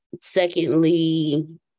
secondly